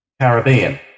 Caribbean